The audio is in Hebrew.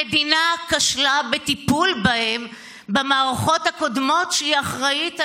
המדינה כשלה בטיפול בהם במערכות הקודמות שהיא אחראית עליהן,